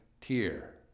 tier